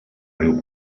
riu